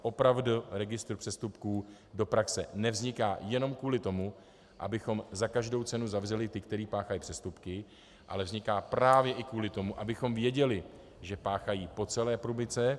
Opravdu registr přestupků do praxe nevzniká jenom kvůli tomu, abychom za každou cenu zavřeli ty, kteří páchají přestupky, ale vzniká právě i kvůli tomu, abychom věděli, že páchají po celé republice.